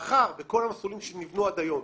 מאחר שכל המסלולים שנבנו עד היום